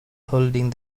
holding